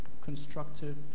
constructive